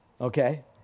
okay